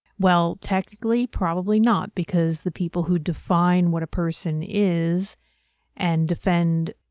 well, technically, probably not because the people who define what a person is and defend,